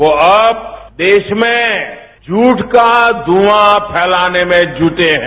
वह अब देश में झूठ का धूआं फैलाने में जुटे हैं